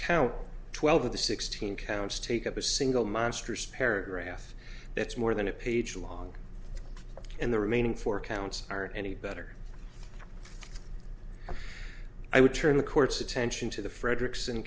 count twelve of the sixteen counts take up a single monstrous paragraph that's more than a page long and the remaining four counts are any better i would turn the court's attention to the fredrick